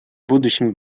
будущими